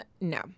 No